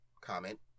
comment